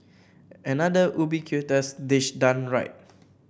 another ubiquitous dish done right